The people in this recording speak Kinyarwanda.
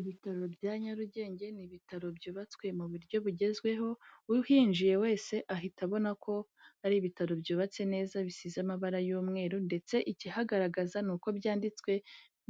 Ibitaro bya nyarugenge ni ibitaro byubatswe mu buryo bugezweho, uhinjiye wese ahita abona ko ari ibitaro byubatse neza, bisize amabara y'umweru, ndetse ikihagaragaza ni uko byanditswe